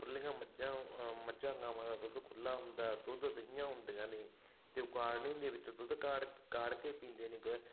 ਖੁੱਲੀਆਂ ਮੱਝਾਂ ਗਾਵਾਂ ਦਾ ਦੁੱਧ ਖੁੱਲਾ ਹੁੰਦਾ ਦੁੱਧ ਦਹੀਆ ਹੁੰਦੀਆਂ ਨੇ ਅਤੇ ਉਹ ਕਾੜਨੀ ਦੇ ਵਿੱਚ ਦੁੱਧ ਕਾੜ ਕਾੜ ਕੇ ਪੀਂਦੇ ਨੇ ਗੇ